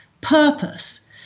purpose